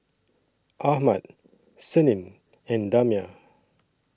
Ahmad Senin and Damia